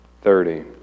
thirty